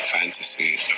fantasy